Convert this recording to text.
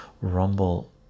rumble